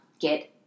get